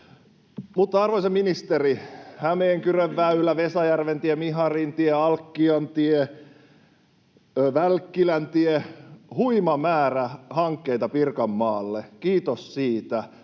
arvoisa ministeri, Hämeenkyrönväylä, Vesajärventie, Miharintie, Alkkiantie, Välkkiläntie — huima määrä hankkeita Pirkanmaalle, kiitos siitä.